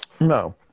No